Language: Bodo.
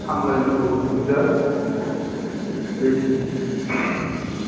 सामब्लायनो खोब दिगदार बेखिनि